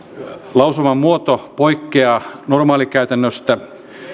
lausuman muoto poikkeaa normaalikäytännöstä